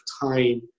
time